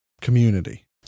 community